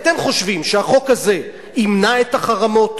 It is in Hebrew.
אתם חושבים שהחוק הזה ימנע את החרמות?